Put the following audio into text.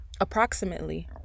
Approximately